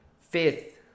Fifth